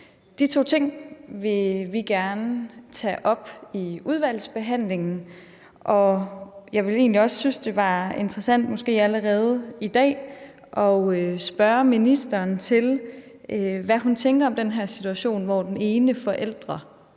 De to ting vil vi gerne tage op under udvalgsbehandlingen. Jeg vil egentlig også synes, det er interessant måske allerede i dag at spørge ministeren om, hvad hun tænker om den her situation, hvor den ene forælder